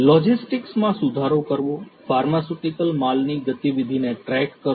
logistics માં સુધારો કરવો ફાર્માસ્યુટિકલ માલની ગતિવિધિને ટ્રેક કરવું